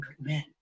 men